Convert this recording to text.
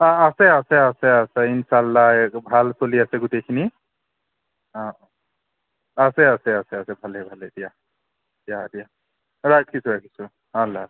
অঁ আছে আছে আছে আছে ইনছাল্লা এইবোৰ ভাল চলি আছে গোটেইখিনি অঁ আছে আছে আছে ভালেই ভালেই দিয়া দিয়া দিয়া ৰাখিছোঁ ৰাখিছোঁ আল্লা